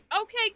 okay